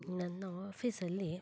ನನ್ನ ಆಫೀಸಲ್ಲಿ